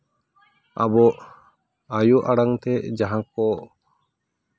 ᱟᱵᱚ ᱟᱭᱳ ᱟᱲᱟᱝ ᱛᱮ ᱡᱟᱦᱟᱸ ᱠᱚ